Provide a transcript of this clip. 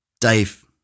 Dave